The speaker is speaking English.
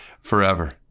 forever